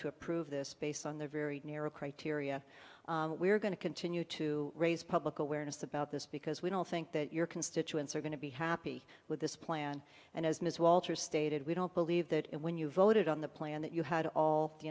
to approve this based on the very near a criteria we're going to continue to raise public awareness about this because we don't think that your constituents are going to be happy with this plan and as ms walters stated we don't believe that when you voted on the plan that you had all the